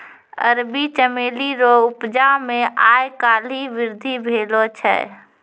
अरबी चमेली रो उपजा मे आय काल्हि वृद्धि भेलो छै